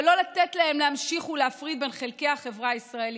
ולא לתת להן להמשיך ולהפריד בין חלקי החברה הישראלית.